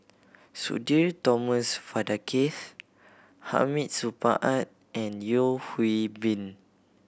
Sudhir Thomas Vadaketh Hamid Supaat and Yeo Hwee Bin